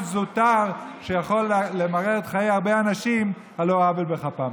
זוטר שיכול למרר חיי הרבה אנשים על לא עוול בכפם.